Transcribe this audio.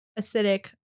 acidic